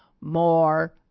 More